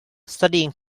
studying